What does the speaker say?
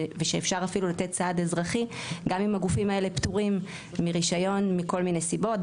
ושאפשר לתת צעד אזרחי גם אם הגופים האלו פטורים מרישיון מכל מיני סיבות,